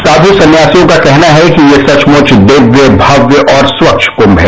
साधु संन्यासियों का कहना है कि ये सचमुच दिव्य भव्य और स्वच्छ कुंभ है